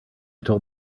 told